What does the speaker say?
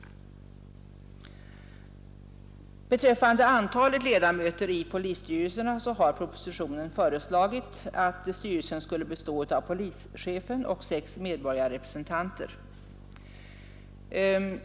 Beträffande antalet ledamöter i polisstyrelserna har det i propositionen föreslagits att styrelsen skall bestå av polischefen och sex medborgarrepresentanter.